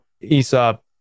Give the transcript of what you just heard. Aesop